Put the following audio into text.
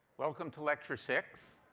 welcome to lecture six.